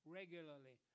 regularly